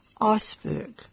iceberg